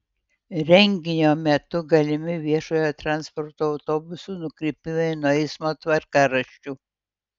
renginio metu galimi viešojo transporto autobusų nukrypimai nuo eismo tvarkaraščių